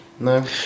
No